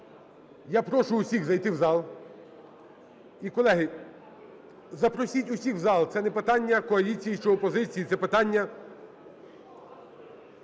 Я прошу усіх зайти в зал. І, колеги, запросіть усіх в зал, це не питання коаліції чи опозиції - це питання